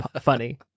funny